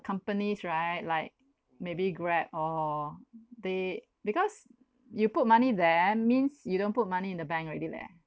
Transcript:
companies right like maybe grab or they because you put money there means you don't put money in the bank already leh